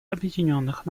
объединенных